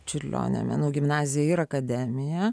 čiurlionio menų gimnaziją ir akademiją